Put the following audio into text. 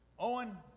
Owen